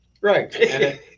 right